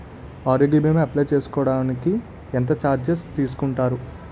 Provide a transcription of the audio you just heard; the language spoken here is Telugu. ఆరోగ్య భీమా అప్లయ్ చేసుకోడానికి ఎంత చార్జెస్ తీసుకుంటారు?